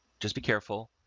just be careful.